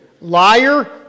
Liar